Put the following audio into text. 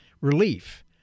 relief